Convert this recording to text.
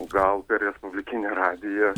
gal per respublikinį radiją